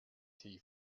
tea